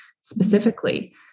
specifically